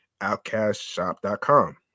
outcastshop.com